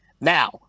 now